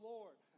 Lord